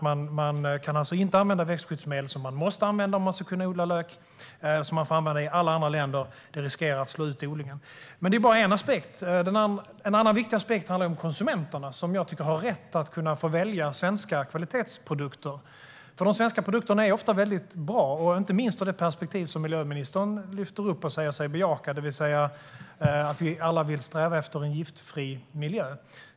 Man kan alltså inte använda växtskyddsmedel som man måste använda om man ska kunna odla lök och som får användas i alla andra länder, och detta riskerar att slå ut odlingen. Detta är dock bara en aspekt. En annan viktig aspekt handlar om konsumenterna, som jag tycker har rätt att kunna få välja svenska kvalitetsprodukter. De svenska produkterna är nämligen ofta väldigt bra, inte minst ur det perspektiv som miljöministern lyfter upp och säger sig bejaka, det vill säga att vi alla vill sträva efter en giftfri miljö.